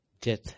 Death